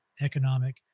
economic